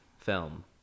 film